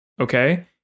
Okay